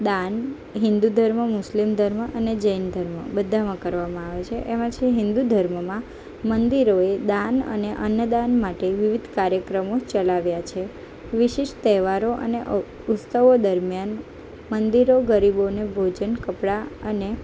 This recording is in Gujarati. દાન હિન્દુ ધર્મ મુસ્લિમ ધર્મ અને જૈન ધર્મ બધામાં કરવામાં આવે છે એમાં છે હિન્દુ ધર્મમાં મંદિરોએ દાન અને અન્નદાન માટે વિવિધ કાર્યક્રમો ચલાવ્યા છે વિશિષ્ટ તહેવારો અને ઉત્સવો દરમિયાન મંદિરો ગરીબોને ભોજન કપડાં અને